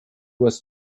was